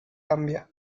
gambia